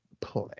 play